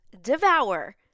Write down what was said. devour